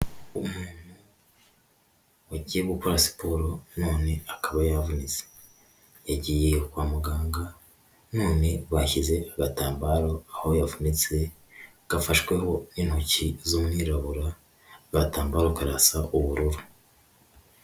Umuntu wagiye gukora siporo none akaba yavunitse yagiye kwa muganga none bashyize agatambaro aho yavunitse, gafashweho n'intoki z'umwirabura, agatambaro karasa ubururu.